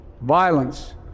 Violence